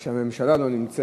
זה מתחיל בכך שהממשלה לא נמצאת,